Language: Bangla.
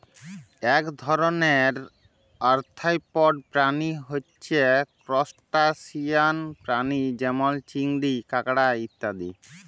এক ধরণের আর্থ্রপড প্রাণী হচ্যে ত্রুসটাসিয়ান প্রাণী যেমল চিংড়ি, কাঁকড়া ইত্যাদি